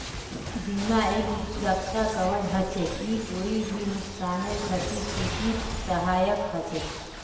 बीमा एक सुरक्षा कवर हछेक ई कोई भी नुकसानेर छतिपूर्तित सहायक हछेक